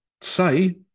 say